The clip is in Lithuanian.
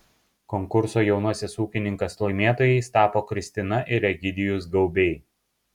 konkurso jaunasis ūkininkas laimėtojais tapo kristina ir egidijus gaubiai